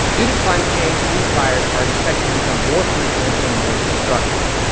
due to climate change, these fires are expected to become more frequent and more destructive.